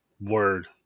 Word